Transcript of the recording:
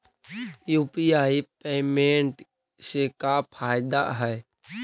UPI payment से का फायदा है?